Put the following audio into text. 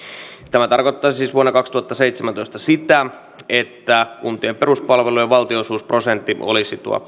tämä tarkoittaa siis vuonna kaksituhattaseitsemäntoista sitä että kuntien peruspalveluiden valtionosuusprosentti olisi tuo